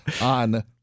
on